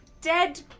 dead